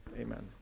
Amen